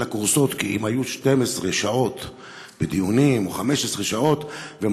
הכורסאות כי הם היו 12 או 15 שעות בדיונים,